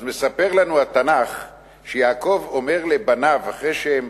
אז מספר לנו התנ"ך שיעקב אמר לבניו, אחרי שהם